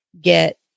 get